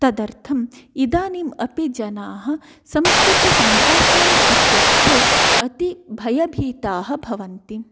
तदर्थम् इदानीमपि जनाः संस्कृतसम्भाषणम् इत्युक्ते अतिभयभीताः भवन्ति